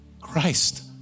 Christ